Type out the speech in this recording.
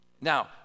Now